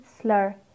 slur